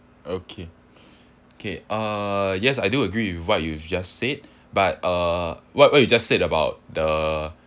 okay K uh yes I do agree with what you just said but uh what what you just said about the